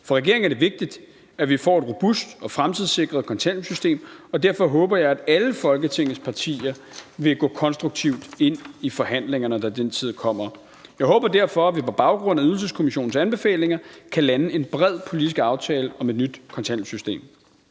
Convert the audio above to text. For regeringen er det vigtigt, at vi får et robust og fremtidssikret kontanthjælpssystem, og derfor håber jeg, at alle Folketingets partier vil gå konstruktivt ind i forhandlingerne, når den tid kommer. Jeg håber derfor, at vi på baggrund af Ydelseskommissionens anbefalinger kan lande en bred politisk aftale om et nyt kontanthjælpssystem.